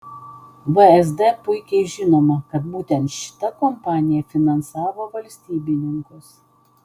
vsd puikiai žinoma kad būtent šita kompanija finansavo valstybininkus